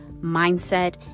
mindset